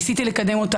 ניסיתי לקדמה.